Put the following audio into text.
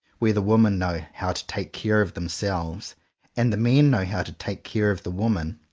where the women know how to take care of them selves and the men know how to take care of the women!